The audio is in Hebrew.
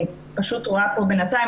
אני פשוט רואה פה בינתיים,